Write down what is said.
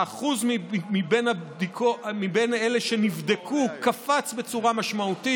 האחוז מבין אלה שנבדקו קפץ בצורה משמעותית.